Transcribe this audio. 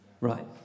right